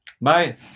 Bye